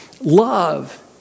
Love